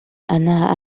anna